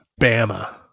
Bama